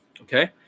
okay